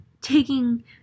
taking